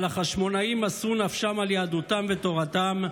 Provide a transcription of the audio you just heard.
אבל החשמונאים מסרו נפשם על יהדותם ותורתם,